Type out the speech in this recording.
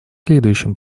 следующим